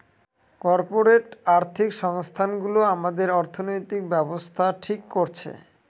corporate আর্থিক সংস্থানগুলো আমাদের অর্থনৈতিক ব্যাবস্থা ঠিক করছে